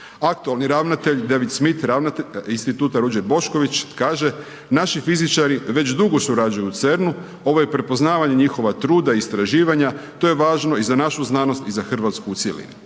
Aktualni ravnatelj David Smith, Instituta Ruđer Bošković kaže naši fizičari već dugo surađuju u CERN-u, ovo je prepoznavanje njihova truda i istraživanja, to je važno i za našu znanosti i za Hrvatsku u cjelini.